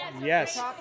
yes